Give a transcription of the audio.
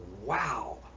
wow